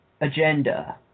agenda